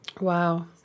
wow